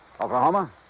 Oklahoma